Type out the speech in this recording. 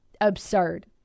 absurd